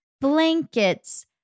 blankets